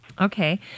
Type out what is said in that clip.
Okay